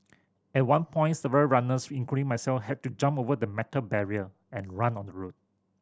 at one point several runners including myself had to jump over the metal barrier and run on the road